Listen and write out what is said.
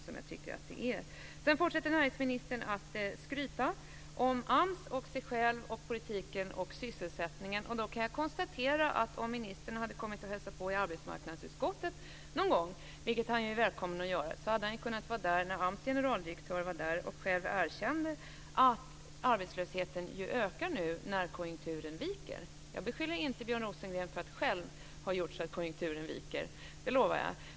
Sedan fortsätter näringsministern att skryta om AMS, sig själv, politiken och sysselsättningen. Om ministern hade kommit och hälsat på i arbetsmarknadsutskottet någon gång, vilket han är välkommen att göra, hade han kunnat vara där när AMS generaldirektör var där och själv erkände att arbetslösheten ökar nu när konjunkturen viker. Jag beskyller inte Björn Rosengren för att själv ha gjort så att konjunkturen viker. Det lovar jag.